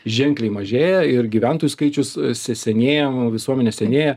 ženkliai mažėja ir gyventojų skaičius se senėja visuomenė senėja